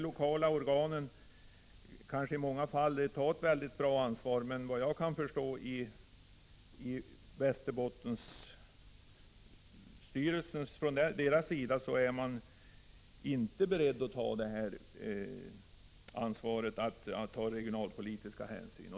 De lokala organen kanske i många fall tar detta ansvar, men i Västerbotten är den regionala styrelsen såvitt jag kan förstå inte beredd att ta regionalpolitiska hänsyn.